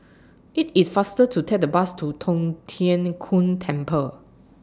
IT IS faster to Take The Bus to Tong Tien Kung Temple